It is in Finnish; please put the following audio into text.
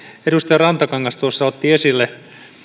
edustaja rantakangas otti esille